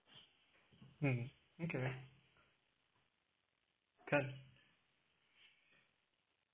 um okay can